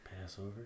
Passover